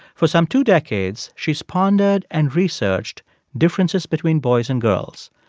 for some two decades, she's pondered and researched differences between boys and girls.